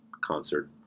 concert